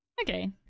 Okay